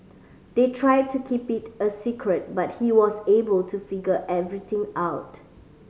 they tried to keep it a secret but he was able to figure everything out